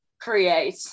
create